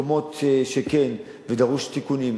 במקומות שכן ודרושים תיקונים,